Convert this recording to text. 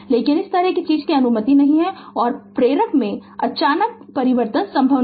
लेकिन इस तरह की चीज की अनुमति नहीं है और प्रेरक में अचानक परिवर्तन संभव नहीं है